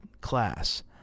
class